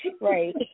Right